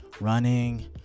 running